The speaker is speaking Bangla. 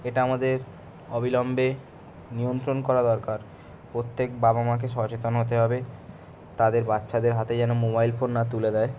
এটা আমাদের অবিলম্বে নিয়ন্ত্রণ করা দরকার প্রত্যেক বাবা মাকে সচেতন হতে হবে তাদের বাচ্চাদের হাতে যেন মোবাইল ফোন না তুলে দেয়